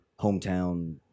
hometown